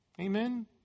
Amen